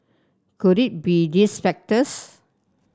could it be these factors